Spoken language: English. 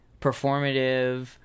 performative